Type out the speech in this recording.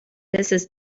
mrs